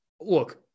look